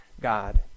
God